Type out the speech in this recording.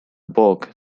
bog